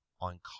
on